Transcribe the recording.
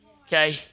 Okay